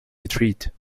retreat